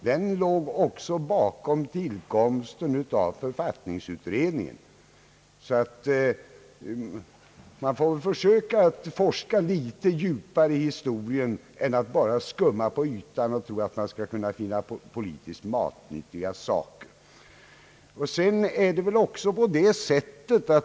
Den låg också bakom tillkomsten av författningsutredningen. Man får väl försöka att forska litet djupare i historien än att bara skumma på ytan och tro att man skall kunna finna politiskt matnyttiga saker där.